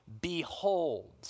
behold